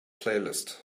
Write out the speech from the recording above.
playlist